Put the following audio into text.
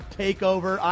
takeover